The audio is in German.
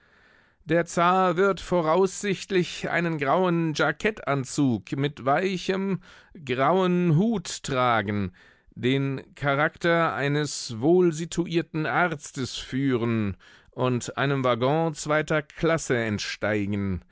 der zar wird voraussichtlich einen grauen jackettanzug mit weichem grauen hut tragen den charakter eines wohlsituierten arztes führen und einem waggon zweiter klasse entsteigen